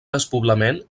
despoblament